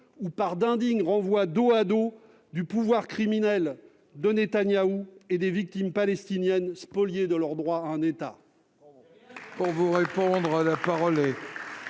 et par d'indignes renvois dos à dos du pouvoir criminel de Netanyahou et des victimes palestiniennes spoliées de leur droit à un État